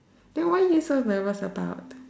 then why you so nervous about